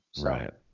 Right